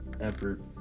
effort